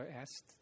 asked